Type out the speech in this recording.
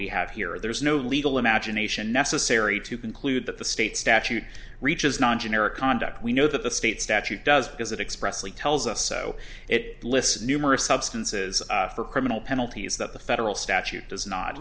we have here there is no legal imagination necessary to conclude that the state statute reaches non generic conduct we know that the state statute does because it expressly tells us so it lists numerous substances for criminal penalties that the federal statute does not